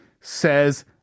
says